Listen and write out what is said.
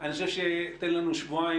אני חושב שתן לנו שבועיים,